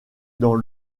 dans